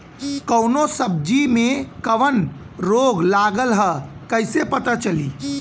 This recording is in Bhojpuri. कौनो सब्ज़ी में कवन रोग लागल ह कईसे पता चली?